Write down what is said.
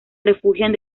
refugian